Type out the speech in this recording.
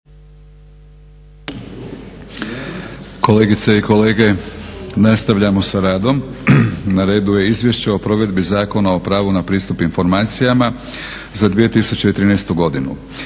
Kolegice i kolege, nastavljamo sa radom. Na redu je - Izvješće o provedbi Zakona o pravu na pristup informacijama za 2013. godinu